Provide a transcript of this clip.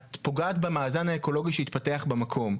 את פוגעת במאזן האקולוגי שהתפתח במקום,